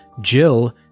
Jill